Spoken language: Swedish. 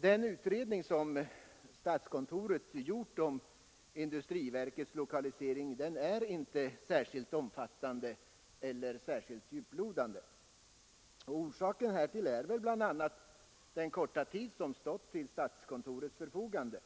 Den utredning som statskontoret gjort om industriverkets lokalisering är inte särskilt omfattande eller särskilt djuplodande. Orsaken härtill är bl.a. den korta tid som stått till statskontorets förfogande.